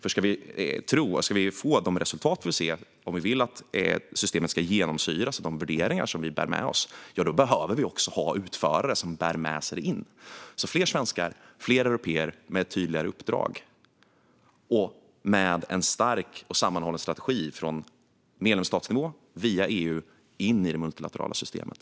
Om vi ska få de resultat vi vill se och om vi vill att systemet ska genomsyras av de värderingar som vi bär med oss behöver vi också ha utförare som tar med sig dem in. Vi vill alltså se fler svenskar och fler européer med tydligare uppdrag och en stark och sammanhållen strategi från medlemsstatsnivån, via EU och in i det multilaterala systemet.